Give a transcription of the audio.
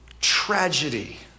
tragedy